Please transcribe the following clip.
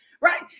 right